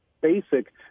basic